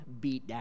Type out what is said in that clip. beatdown